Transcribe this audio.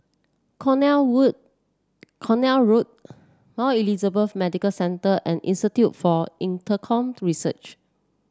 Road Now Elizabeth Medical Centre and Institute for Infocomm Research